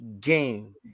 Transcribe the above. game